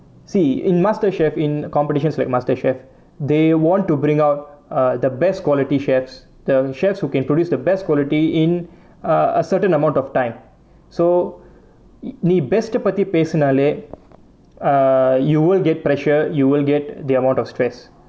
see in MasterChef in competitions like MasterChef they want to bring out the best quality chefs the chefs who can produce the best quality in ah a certain amount of time so நீ:nee best டை பத்தி பேசுனாலே:tai pathi pesunaalae ah you will get pressure you will get the amount of stress